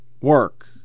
work